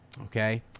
Okay